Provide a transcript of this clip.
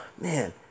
man